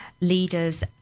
leaders